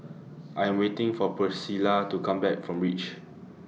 I Am waiting For Pricilla to Come Back from REACH